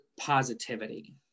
positivity